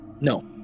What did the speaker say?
No